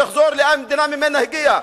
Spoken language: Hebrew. שיחזור למדינה שממנה הגיע.